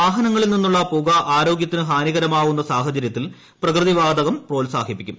വാഹനങ്ങളിൽ നിന്നുള്ള പുക ആരോഗ്യത്തിന് ഹാനികരമാവുന്ന സാഹചര്യത്തിൽ പ്രകൃതി വാതകം പ്രോത്സാഹിപ്പിക്കും